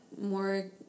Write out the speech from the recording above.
more